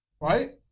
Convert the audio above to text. right